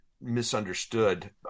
misunderstood